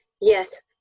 Yes